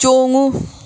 ꯆꯣꯡꯉꯨ